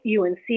UNC